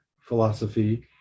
philosophy